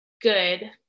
Good